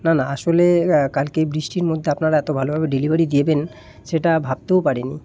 না না আসলে কালকে বৃষ্টির মধ্যে আপনারা এত ভালোভাবে ডেলিভারি দেবেন সেটা ভাবতেও পারিনি